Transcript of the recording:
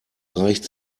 reicht